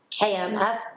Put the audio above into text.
KMF